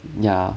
ya